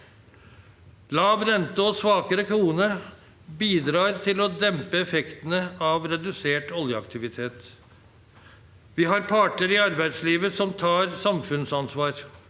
Lav rente og svakere krone bidrar til å dempe effektene av redusert oljeaktivitet. Vi har parter i arbeidslivet som tar samfunnsansvar.